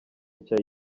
nshya